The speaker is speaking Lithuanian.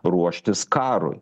ruoštis karui